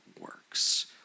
works